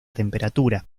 temperatura